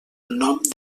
nom